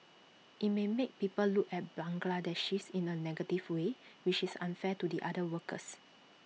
IT may make people look at Bangladeshis in A negative way which is unfair to the other workers